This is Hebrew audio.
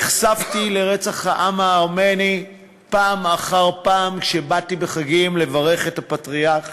נחשפתי לרצח העם הארמני פעם אחר פעם כשבאתי בחגים לברך את הפטריארך